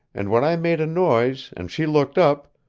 and when i made a noise, and she looked up,